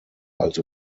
also